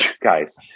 guys